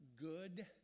good